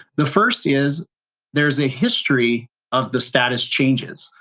the first is there's a history of the status changes.